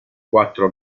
quattro